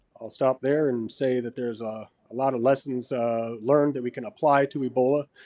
i'll stop there and say that there's a a lot of lessons learned that we can apply to ebola.